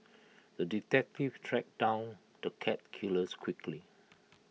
the detective tracked down the cat killers quickly